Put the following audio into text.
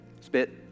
spit